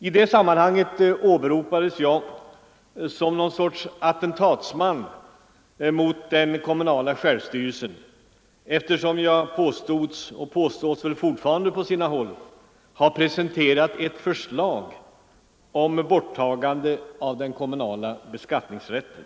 I det sammanhanget åberopades jag som någon sorts attentatsman mot den kommunala självstyrelsen, eftersom jag påstods — och påstås väl fortfarande på sina håll — ha presenterat ett förslag om borttagande av den kommunala beskattningsrätten.